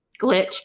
Glitch